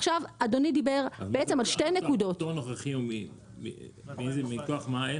עכשיו אדוני דיבר על שתי נקודות --- הפטור הנוכחי מכוח מה?